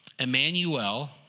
Emmanuel